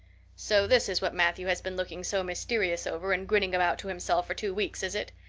so this is what matthew has been looking so mysterious over and grinning about to himself for two weeks, is it?